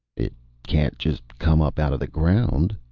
it can't just come up out of the ground,